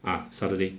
ah saturday